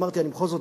אמרתי: בכל זאת,